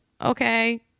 Okay